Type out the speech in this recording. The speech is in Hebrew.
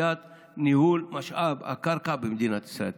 סוגיית ניהול משאב הקרקע במדינת ישראל.